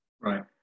Right